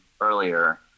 earlier